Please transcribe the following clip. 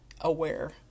aware